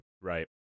right